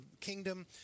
kingdom